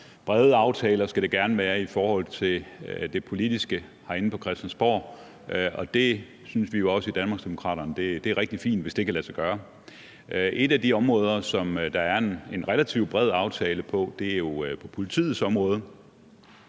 brede aftaler, i forhold til det politiske herinde på Christiansborg. Og det synes vi jo også i Danmarksdemokraterne er rigtig fint – hvis det kan lade sig gøre. Et af de områder, som der er en relativt bred aftale om, er jo på politiets område.